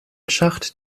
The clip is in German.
schacht